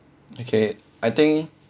okay I think